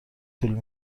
طول